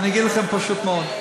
אני אגיד לכם, פשוט מאוד.